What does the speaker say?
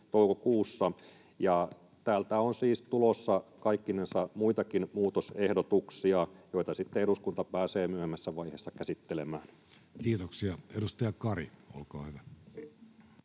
toukokuussa. Täältä on siis tulossa kaikkinensa muitakin muutosehdotuksia, joita sitten eduskunta pääsee myöhemmässä vaiheessa käsittelemään. Kiitoksia. — Edustaja Kari, olkaa hyvä.